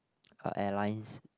uh airlines